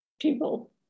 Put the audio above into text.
people